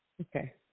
Okay